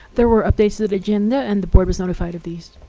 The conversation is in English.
there were updates to the the agenda and the board was notified of these.